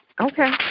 Okay